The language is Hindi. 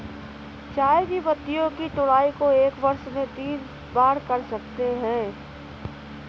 चाय की पत्तियों की तुड़ाई को एक वर्ष में तीन बार कर सकते है